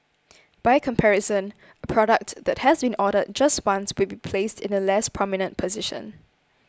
by comparison a product that has been ordered just once would be placed in a less prominent position